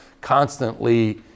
constantly